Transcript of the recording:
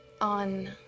on